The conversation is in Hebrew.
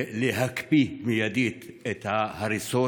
להקפיא מיידית את ההריסות,